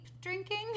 drinking